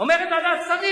שבאמת החרדים